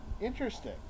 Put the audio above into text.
interesting